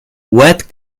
what